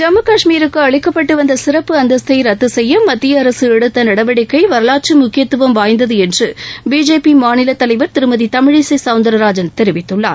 ஜம்மு கஷ்மீருக்கு அளிக்கப்பட்டுவந்தசிறப்பு அந்தஸ்தைத்துசெய்யமத்திய அரசுஎடுத்தநடவடிக்கைவரலாற்றமுக்கியத்துவம் வாய்ந்ததுஎன்றபிஜேபிமாநிலதலைவர் திருமதிதமிழிசைவுந்திரராஜன் தெரிவித்துள்ளார்